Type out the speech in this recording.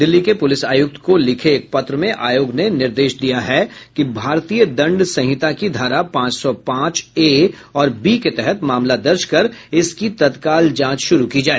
दिल्ली के पुलिस आयुक्त को लिखे एक पत्र में आयोग ने निर्देश दिया है कि भारतीय दंड संहिता की धारा पांच सौ पांच ए और बी के तहत मामला दर्ज कर इसकी तत्काल जांच शुरू की जाए